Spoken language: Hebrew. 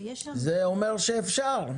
--- זה אומר שאפשר.